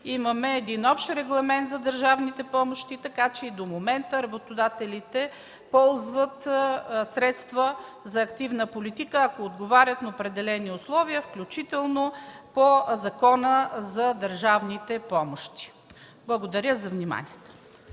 имаме общ регламент за държавните помощи, така че и до момента работодателите ползват средства за активна политика, ако отговарят на определени условия, включително по Закона за държавните помощи. Благодаря за вниманието.